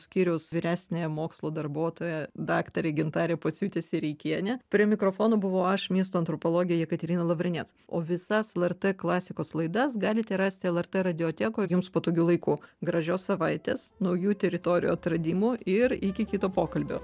skyriaus vyresniąja mokslo darbuotoja daktare gintare pociūte sireikiene prie mikrofono buvau aš miesto antropologė jekaterina lavrinec o visas lrt klasikos laidas galite rasti lrt radiotekoj jums patogiu laiku gražios savaitės naujų teritorijų atradimų ir iki kito pokalbio